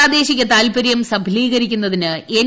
പ്രാദേശിക താൽപരൃങ്ങൾ സഫലീകരിക്കുന്നതിന് എൻ